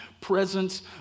presence